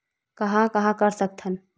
कहां कहां कर सकथन?